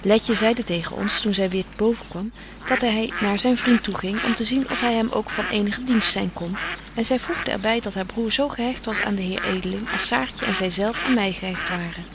letje zeide tegen ons toen zy weêr boven kwam dat hy naar zyn vriend toeging om te zien of hy hem ook van eenigen dienst zyn kon en zy voegde er by dat haar broêr zo gehecht was aan den heer edeling als saartje en zy zelf aan my gehecht waren